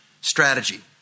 strategy